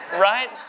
Right